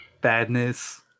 Badness